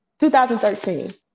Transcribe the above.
2013